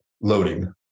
loading